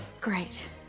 Great